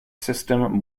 system